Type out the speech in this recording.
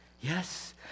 Yes